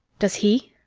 does he?